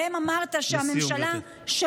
שבהם אמרת שהממשלה, לסיום, גברתי.